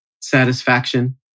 satisfaction